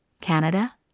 Canada